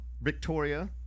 victoria